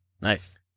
Nice